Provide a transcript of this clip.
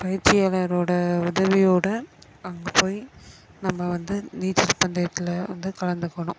பயிற்சியாளரோட உதவியோட அங்கே போய் நம்ப வந்து நீச்சல் பந்தயத்தில் வந்து கலந்துக்கணும்